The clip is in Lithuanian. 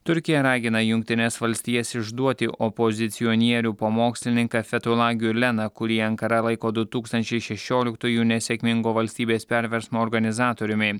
turkija ragina jungtines valstijas išduoti opozicionierių pamokslininką fetula giuleną kurį ankara laiko du tūkstančiai šešioliktųjų nesėkmingo valstybės perversmo organizatoriumi